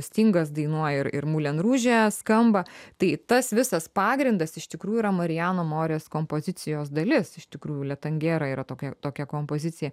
stingas dainuoja ir ir mulen ruže skamba tai tas visas pagrindas iš tikrųjų yra mariano morės kompozicijos dalis iš tikrųjų le tangera yra tokia tokia kompozicija